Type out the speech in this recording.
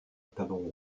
talons